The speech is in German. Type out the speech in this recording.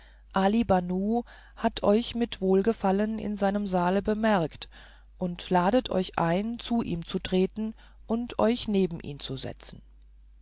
ali banu hat euch mit wohlgefallen in seinem saale bemerkt und ladet euch ein zu ihm zu treten und euch neben ihn zu setzen